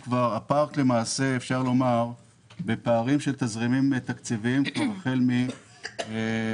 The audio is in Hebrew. הפארק למעשה בפערים של תזרימים תקציביים כבר החל מ-2015.